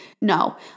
No